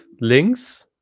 links